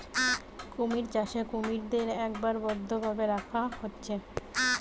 কুমির চাষে কুমিরদের একবারে বদ্ধ ভাবে রাখা হচ্ছে